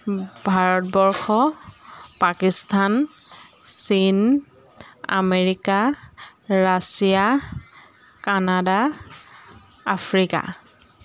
ভাৰতবৰ্ষ পাকিস্তান চীন America Russia Canada Africa